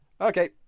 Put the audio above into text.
Okay